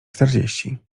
czterdzieści